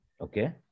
Okay